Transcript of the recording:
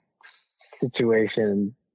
situation